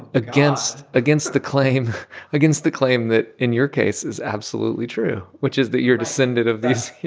against against the claim against the claim that, in your case, is absolutely true, which is that you're descended of these, you